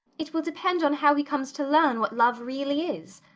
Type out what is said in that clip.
it will depend on how he comes to learn what love really is.